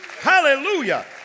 Hallelujah